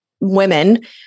women